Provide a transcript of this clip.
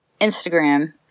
Instagram